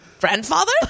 Grandfather